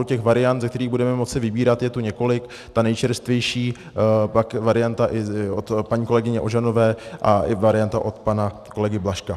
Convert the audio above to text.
Těch variant, z kterých budeme moci vybírat, je tu několik, ta nejčerstvější varianta i od paní kolegyně Ožanové a i varianta od pana kolegy Blažka.